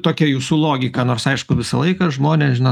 tokia jūsų logika nors aišku visą laiką žmonės žino